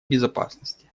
безопасности